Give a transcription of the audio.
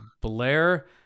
Blair